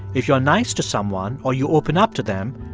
if you're nice to someone or you open up to them,